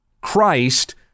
Christ